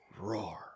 roar